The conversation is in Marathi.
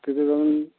अन तिथे जाऊन